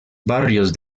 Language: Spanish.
barrios